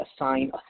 assign